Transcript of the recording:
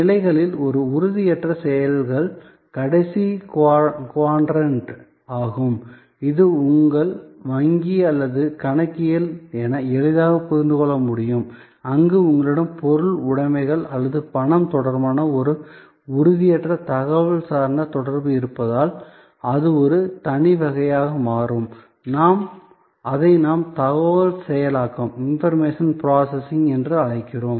நிலைகளில் ஒரு உறுதியற்ற செயல்கள் கடைசி குவாட்ரண்ட் ஆகும் இது உங்கள் வங்கி அல்லது கணக்கியல் என எளிதாகப் புரிந்து கொள்ள முடியும் அங்கு உங்களிடம் பொருள் உடைமைகள் அல்லது பணம் தொடர்பான ஒரு உறுதியற்ற தகவல் சார்ந்த தொடர்பு இருப்பதால் அது ஒரு தனி வகையாக மாறும் அதை நாம் தகவல் செயலாக்கம் என்று அழைக்கிறோம்